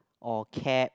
or cab